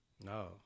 no